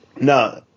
no